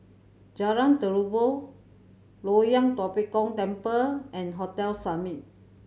Jalan Terubok Loyang Tua Pek Kong Temple and Hotel Summit